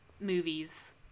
movies